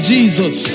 Jesus